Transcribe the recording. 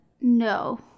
No